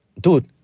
dude